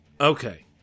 Okay